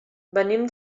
venim